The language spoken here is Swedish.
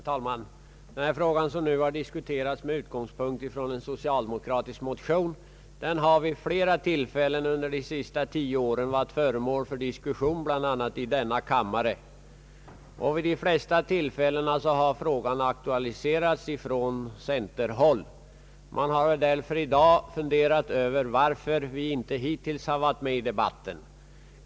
Herr talman! Den fråga som nu har diskuterats med utgångspunkt från en socialdemokratisk motion har vid flera tillfällen under de senaste tio åren varit föremål för diskussion, bl.a. i denna kammare. Vid de flesta tillfällena har frågan aktualiserats från centerhåll. Man har därför kanske i dag funderat över varför vi inte hittills har deltagit i debatten.